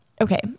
Okay